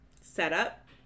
setup